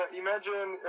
imagine